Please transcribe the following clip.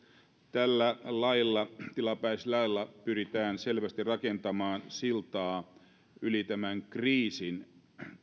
tällä tilapäislailla pyritään selvästi rakentamaan siltaa yli tämän kriisin